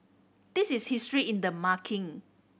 this is history in the making